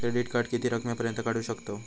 Credit card किती रकमेपर्यंत काढू शकतव?